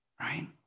right